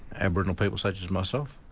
aboriginal people such as myself,